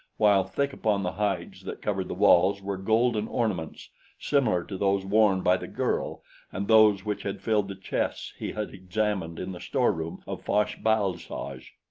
while thick upon the hides that covered the walls were golden ornaments similar to those worn by the girl and those which had filled the chests he had examined in the storeroom of fosh-bal-soj,